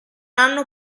hanno